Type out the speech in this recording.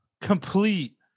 complete